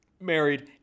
married